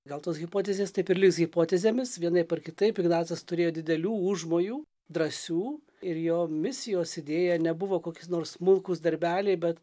gal tos hipotezės taip ir liks hipotezėmis vienaip ar kitaip ignacas turėjo didelių užmojų drąsių ir jo misijos idėja nebuvo kokis nors smulkūs darbeliai bet